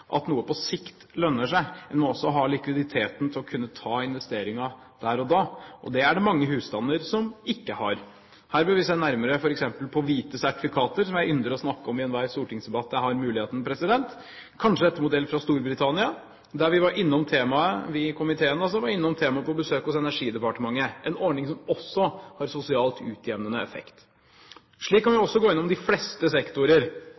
at noe på sikt lønner seg. En må også ha likviditeten til å kunne ta investeringen der og da. Det er det mange husstander som ikke har. Her bør vi se nærmere på f.eks. hvite sertifikater, som jeg ynder å snakke om i enhver stortingsdebatt når jeg har muligheten, kanskje etter modell fra Storbritannia, der vi i komiteen var innom temaet på besøk hos Energidepartementet. Det er en ordning som også har sosialt utjevnende effekt. Slik kan vi også gå gjennom de fleste sektorer.